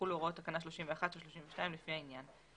יחולו הוראות תקנה 31 ו-32 לפי העניין.